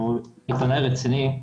והוא עיתונאי רציני.